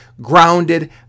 grounded